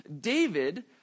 David